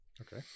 Okay